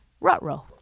rut-row